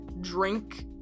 drink